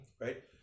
right